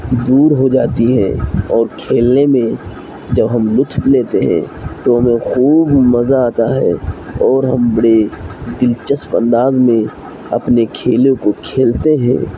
دور ہو جاتی ہیں اور کھیلنے میں جب ہم لطف لیتے ہیں تو ہمیں خوب مزہ آتا ہے اور ہم بڑے دلچسپ انداز میں اپنے کھیلوں کو کھیلتے ہیں